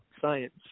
science